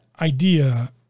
idea